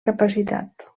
capacitat